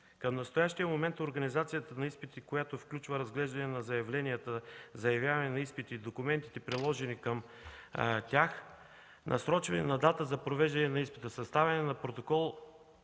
към настоящия момент организацията на изпитите, която включва разглеждане на заявленията за явяване на изпити и документите, приложени към тях, насрочване на дата за провеждане на изпита, съставяне на протокол